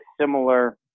similar